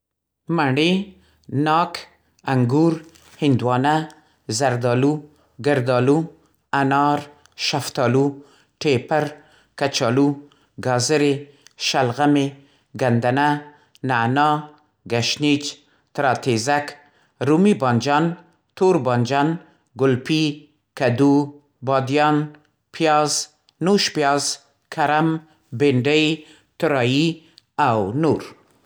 مڼې، ناک، انګور، هندوانه، زردالو، ګردالو، انار، شفتالو، ټېپر، کچالو، ګاذرې، شلغمې، ګندنه، نعنا، ګشنیج، تراتېزک، رومي بانجان، تور بانجان، ګلپي، کدو، بادیان، پیاز، نوش پیاز، کرم، بېنډۍ، طُرایي او نور.